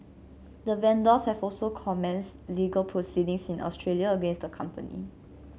the vendors have also commenced legal proceedings in Australia against the company